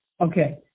Okay